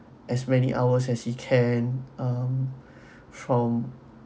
as many hours as he can um from